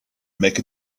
make